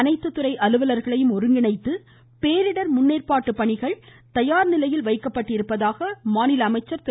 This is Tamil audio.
அனைத்துத்துறை அலுவலர்களையும் ஒருங்கிணைத்து பேரிடர் முன்னேற்பாட்டு பணிகள் தயார்நிலையில் உள்ளதாக மாநில அமைச்சர் திரு